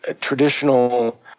traditional